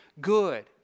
good